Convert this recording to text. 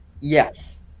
Yes